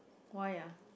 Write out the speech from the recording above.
why ah